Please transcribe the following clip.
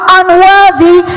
unworthy